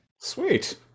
Sweet